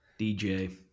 DJ